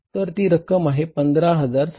तर ती रक्कम आहे 15758